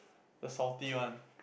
the salty one